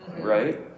right